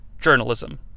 journalism